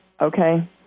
okay